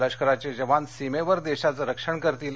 लष्कराचे जवान सीमेवर देशाचं रक्षण करतील